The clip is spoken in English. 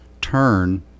turn